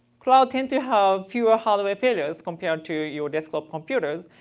cloud tends to have fewer hardware periods compared to your desktop computers.